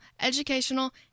educational